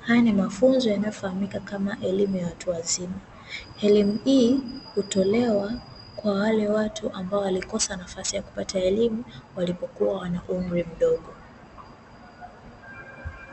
haya ni mafunzo yanayofahamika kama elimu ya watu wazima. Elimu hii hutolewa kwa wale watu walio kosa nafasi ya kupata elimu wakiwa na umri mdogo.